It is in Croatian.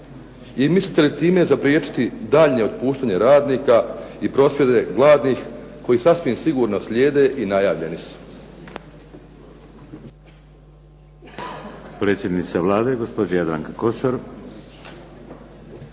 mislite li time zapriječiti daljnje otpuštanje radnika i prosvjede gladnih koji sasvim sigurno slijede i najavljeni su?